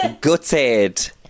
Gutted